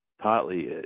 Partly